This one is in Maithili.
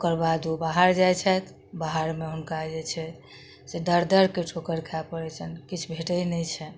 ओकर बाद ओ बाहर जाइ छथि बाहरमे हुनका जे छै से दर दरके ठोकर खाइ पड़य छनि किछु भेटय नहि छनि